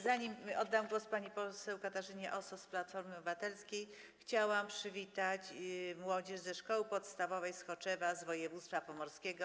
Zanim oddam głos pani poseł Katarzynie Osos z Platformy Obywatelskiej, chciałam przywitać młodzież ze Szkoły Podstawowej w Choczewie w województwie pomorskim.